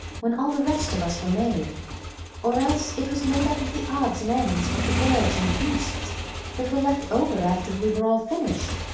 when all the rest of us were made or else it was made up of the odds and ends of the birds and beasts that were left over after we were all finished.